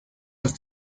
los